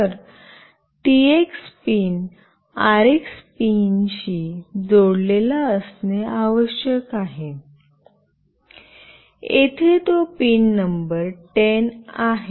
तर TX pin RX पिनशी जोडलेला असणे आवश्यक आहे येथे तो पिन नंबर 10 आहे